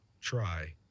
try